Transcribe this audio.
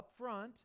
upfront